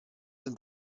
sind